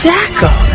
Jackal